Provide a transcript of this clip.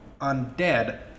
undead